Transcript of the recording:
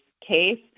case